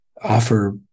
offer